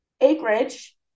acreage